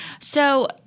So-